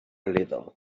little